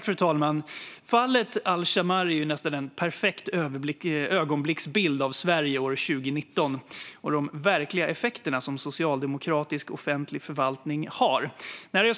Fru talman! Fallet al-Shammari är en nästan perfekt ögonblicksbild av Sverige år 2019 och de verkliga effekterna av socialdemokratisk offentlig förvaltning.